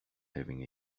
having